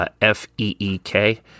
F-E-E-K